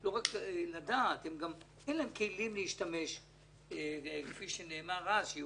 אין להם כלים להשתמש כפי שנאמר בתחילה שיהיו